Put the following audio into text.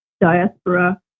diaspora